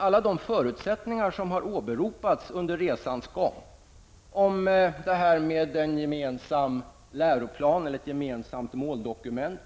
Alla de förutsättningar som har åberopats under resans gång om ett gemensamt måldokument,